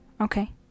Okay